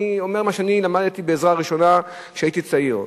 אני אומר מה שאני למדתי בעזרה ראשונה כשהייתי צעיר,